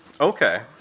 Okay